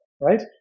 right